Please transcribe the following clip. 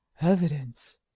evidence